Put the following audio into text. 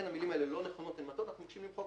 לכן המילים הללו לא נכונות ומטעות ואנחנו מבקשים למחוק